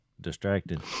distracted